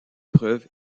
preuves